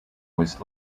was